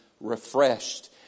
refreshed